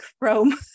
chrome